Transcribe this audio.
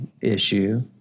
issue